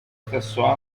stesso